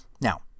Now